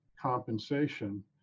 compensation